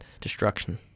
destruction